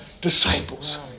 disciples